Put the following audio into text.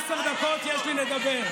עד עשר דקות יש לי לדבר.